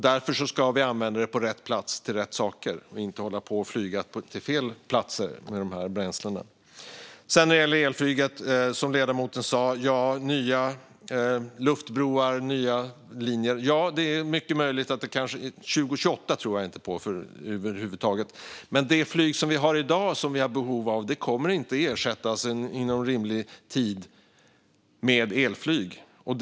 Därför ska vi använda dem på rätt plats till rätt saker och inte hålla på och flyga till fel platser med de här bränslena. När det gäller elflyget är det mycket möjligt att det kan bli fråga om nya luftbroar och nya linjer, som ledamoten sa. Men detta med år 2028 tror jag inte på över huvud taget. Det flyg som vi har i dag och som vi har behov av kommer inte att ersättas med elflyg inom rimlig tid.